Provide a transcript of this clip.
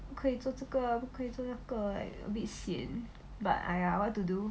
不可以做这个不可以做那个 like a bit sian but !aiya! what to do